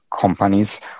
companies